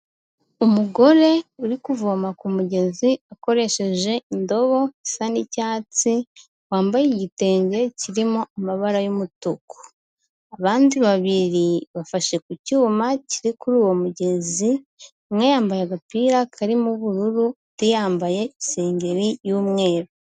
Umugore uri kuvoma ku mugezi akoresheje indobo isa n'icyatsi, wambaye igitenge kirimo amabara y'umutuku. Abandi babiri, bafashe ku cyuma kiri kuri uwo mugezi, umwe yambaye agapira karimo ubururu, undi yambaye isengeri y'umweru.